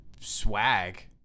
swag